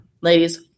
Ladies